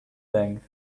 length